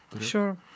Sure